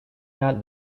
that